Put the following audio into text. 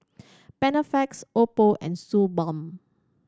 Panaflex Oppo and Suu Balm